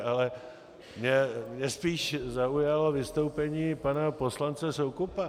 Ale mě spíš zaujalo vystoupení pana poslance Soukupa.